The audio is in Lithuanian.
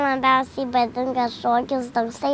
labiausiai patinka šokis toksai